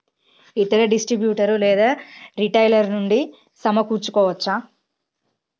ఇతర డిస్ట్రిబ్యూటర్ లేదా రిటైలర్ నుండి సమకూర్చుకోవచ్చా?